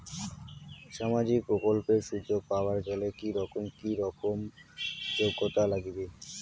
সামাজিক প্রকল্পের সুযোগ পাবার গেলে কি রকম কি রকম যোগ্যতা লাগিবে?